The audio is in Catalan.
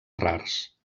rars